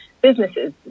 businesses